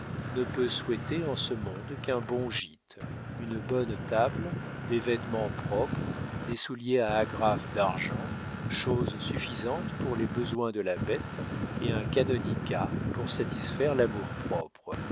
ne peut souhaiter en ce monde qu'un bon gîte une bonne table des vêtements propres des souliers à agrafes d'argent choses suffisantes pour les besoins de la bête et un canonicat pour satisfaire